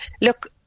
Look